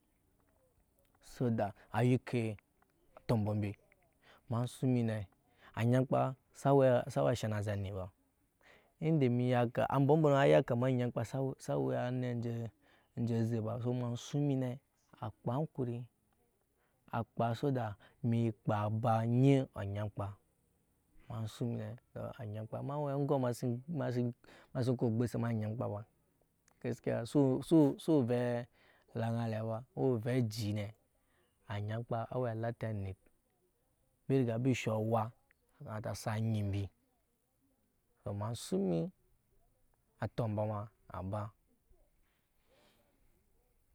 So da a yike atɔmbɔ mbe ema suŋ emi ne anyamkpa sa we a shena aziŋ anit ba ambɔ mbɔnɔ ya kama nyamkpa sai we anit anje aze ba so ema suŋ mi ne akpa ankur akpaa so da emi kpaa ba anyi anyamkpa ema suŋ ne anyam kpa ema aŋgom ema sin ko ogbose ma anyamkpa ba gaskiya so so we ovɛ laŋa alɛ ba owe ovɛ eji ne anyamkpa awe alate anit embi riga mbi sho awa okamata sa nyi embi ema ve ema suŋ mi atɔmbɔ ma aba.